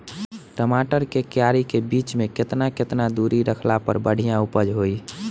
टमाटर के क्यारी के बीच मे केतना केतना दूरी रखला पर बढ़िया उपज होई?